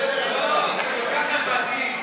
באמת, בדרך כלל היא בסדר, השרה.